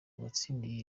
uwatsindiye